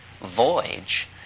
voyage